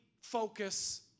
focus